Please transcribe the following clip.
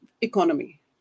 economy